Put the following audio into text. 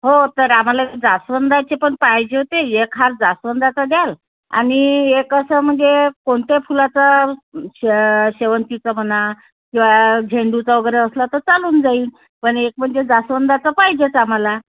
हो तर आम्हाला जास्वंदाचे पण पाहिजे होते एक हार जास्वंदाचा द्याल आणि एक असं म्हणजे कोणत्या फुलाचं शे शेवंतीचं म्हणा किंवा झेंडूचा वगैरे असला तर चालून जाईल पण एक म्हणजे जास्वंदाचं पाहिजेच आम्हाला